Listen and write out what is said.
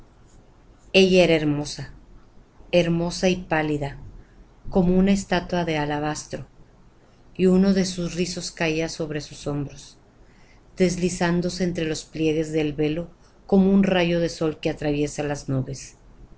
ella era hermosa hermosa y pálida como una estatua de alabastro uno de sus rizos caía sobre sus hombros deslizándose entre los pliegues del velo como un rayo de sol que atraviesa las nubes